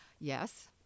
yes